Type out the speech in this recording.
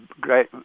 great